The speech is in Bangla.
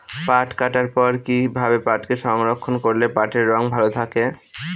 পাট কাটার পর কি ভাবে পাটকে সংরক্ষন করলে পাটের রং ভালো থাকে?